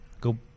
go